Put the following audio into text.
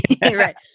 Right